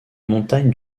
montagnes